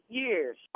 years